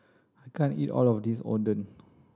I can't eat all of this Oden